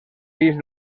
fills